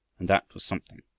and that was something.